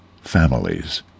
families